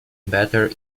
better